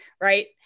right